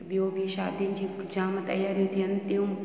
बियूं बि शादी जी बि जाम तयारियूं थियनि थियूं